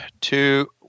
two